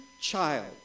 child